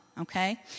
okay